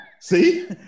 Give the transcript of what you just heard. see